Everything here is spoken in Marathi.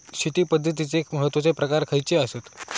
शेती पद्धतीचे महत्वाचे प्रकार खयचे आसत?